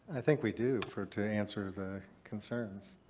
i think we do for. to answer the concerns.